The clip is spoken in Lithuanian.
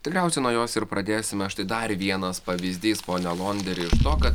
tikriausiai nuo jos ir pradėsime štai dar vienas pavyzdys pone alonderi iš ro kad